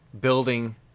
building